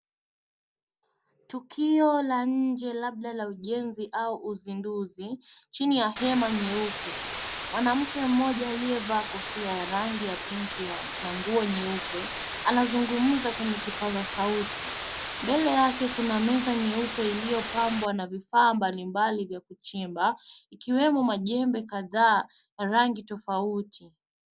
Tukio la nje labda ya ujenzi au uzinduzi chini ya hema nyeupe. Mwanamke mmoja aliyevaa kofia ya rangi ya pinki na nguo nyeupe anazungumza kwenye kipazasauti. Mbele yake kuna meza nyeupe iliyopambwa na vifaa mbalimbali vya kuchimba ikiwemo majembe kadhaa ya rangi tofauti.